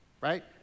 right